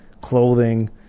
clothing